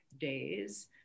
days